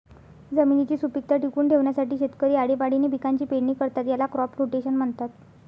जमिनीची सुपीकता टिकवून ठेवण्यासाठी शेतकरी आळीपाळीने पिकांची पेरणी करतात, याला क्रॉप रोटेशन म्हणतात